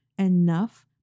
enough